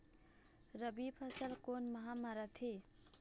रबी फसल कोन माह म रथे?